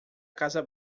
casa